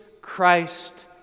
Christ